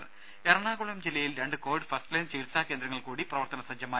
രുര എറണാകുളം ജില്ലയിൽ രണ്ട് കോവിഡ് ഫസ്റ്റ്ലൈൻ ചികിത്സാ കേന്ദ്രങ്ങൾ കൂടി പ്രവർത്തന സജ്ജമായി